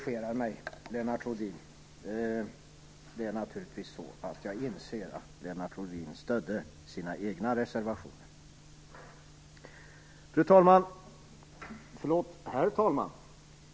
Nej, jag inser naturligtvis att vad Lennart Rohdin menade var att han stöder sina egna reservationer. Herr talman!